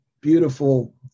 beautiful